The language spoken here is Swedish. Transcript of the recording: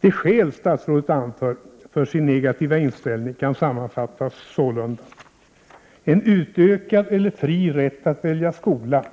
De skäl statsrådet anför för sin negativa inställning kan sammanfattas sålunda: En utökad eller fri rätt att välja skola